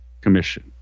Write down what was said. Commission